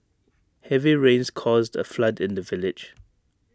heavy rains caused A flood in the village